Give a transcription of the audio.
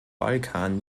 balkan